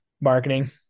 marketing